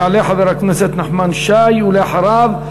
יעלה חבר הכנסת נחמן שי, ואחריו,